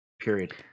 Period